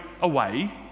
away